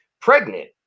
pregnant